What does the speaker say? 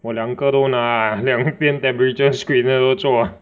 我两个都拿 ah 两边的 temperature screener 都做